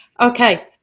Okay